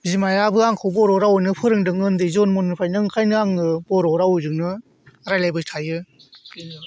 बिमायाबो आंखौ बर' रावखौनो फोरोंदों उन्दै जन्म' निफ्रायनो ओंखायनो आङो बर' रावजोंनो रायज्लायबाय थायो